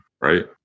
right